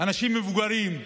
אנשים מבוגרים.